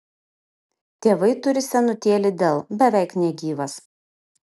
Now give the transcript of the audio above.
tėvai turi senutėlį dell beveik negyvas